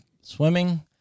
swimming